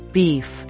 beef